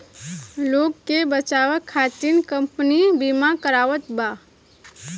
लोग के बचावे खतिर कम्पनी बिमा करावत बा